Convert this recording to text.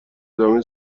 ادامه